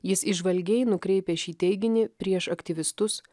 jis įžvalgiai nukreipė šį teiginį prieš aktyvistus